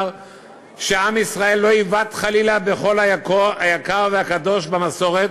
שעם ישראל לא יבעט חלילה בכל היקר והקדוש במסורת.